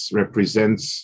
represents